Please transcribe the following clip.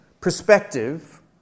perspective